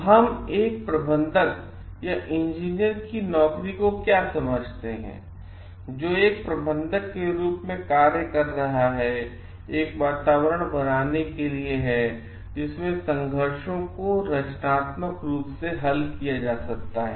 तो हम एक प्रबंधक या इंजीनियर की नौकरी को क्या समझते हैं जो एक प्रबंधक के रूप में कार्य कर रहा है एक वातावरण बनाने के लिए है जिसमें संघर्षों को रचनात्मक रूप से हल किया जा सकता है